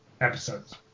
episodes